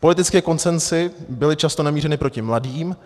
Politické konsenzy byly často namířeny proti mladým,